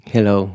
Hello